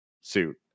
suit